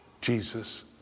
Jesus